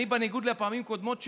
בניגוד לפעמים קודמות שלי,